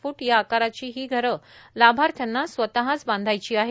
feet या आकाराची ही घरं लाभार्थ्यांना स्वतःच बांधावयाची आहे